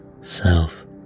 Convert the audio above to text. self